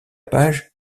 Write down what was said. page